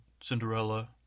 Cinderella